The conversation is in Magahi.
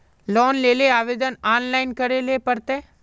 लोन लेले आवेदन ऑनलाइन करे ले पड़ते?